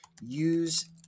Use